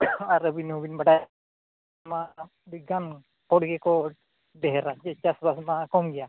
ᱟᱨ ᱟᱹᱵᱤᱱ ᱦᱚᱸᱵᱤᱱ ᱵᱟᱰᱟᱭᱟ ᱟᱭᱢᱟ ᱟᱹᱰᱤᱜᱟᱱ ᱦᱚᱲ ᱜᱮᱠᱚ ᱰᱷᱮᱹᱨᱟ ᱡᱮ ᱪᱟᱥ ᱵᱟᱥ ᱢᱟ ᱠᱚᱢ ᱜᱮᱭᱟ